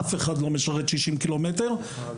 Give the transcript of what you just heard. אף אחד לא משרת במרחק 60 ק"מ מהבית,